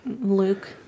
Luke